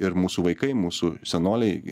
ir mūsų vaikai mūsų senoliai